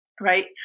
right